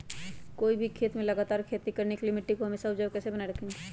कोई भी खेत में लगातार खेती करने के लिए मिट्टी को हमेसा उपजाऊ कैसे बनाय रखेंगे?